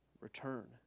return